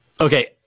Okay